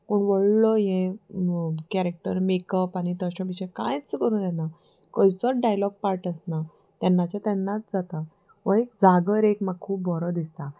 कोण व्हडलो हें कॅरेक्टर मेकप आनी तशे पिशे कांयच करं येना खंयचोच डायलॉग पार्ट आसना तेन्नाचे तेन्नाच जाता हो एक जागर एक म्हाका खूब बरो दिसता